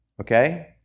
Okay